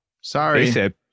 sorry